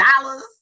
dollars